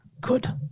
Good